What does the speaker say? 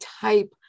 type